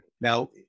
Now